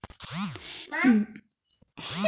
Bank account में nominee क्या होता है?